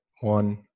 one